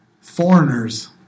Foreigners